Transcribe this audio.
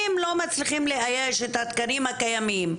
אם לא מצליחים לאייש את התקנים הקיימים,